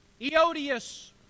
Eodius